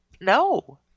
No